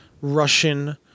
Russian